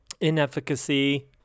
inefficacy